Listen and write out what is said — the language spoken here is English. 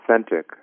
authentic